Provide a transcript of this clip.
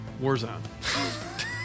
Warzone